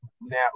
now